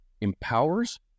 empowers